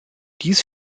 dies